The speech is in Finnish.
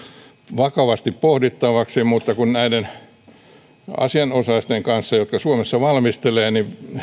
vakavasti pohdittavaksi mutta nämä asianosaiset jotka suomessa valmistelevat